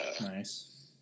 Nice